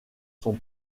son